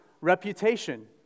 reputation